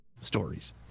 stories